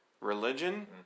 religion